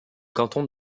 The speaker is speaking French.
canton